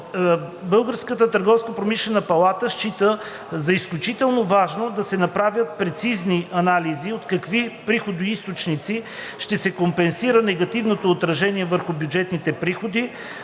Българската търговско-промишлена палата счита за изключително важно да се направят прецизни анализи от какви приходоизточници ще се компенсира негативното отражение върху бюджетните приходи